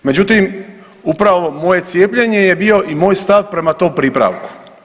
Međutim, upravo moje cijepljenje je bio i moj stav prema tom pripravku.